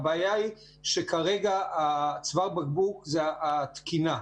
הבעיה היא שכרגע צוואר הבקבוק זה התקינה.